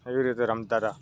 એવી રીતે રમતા હતા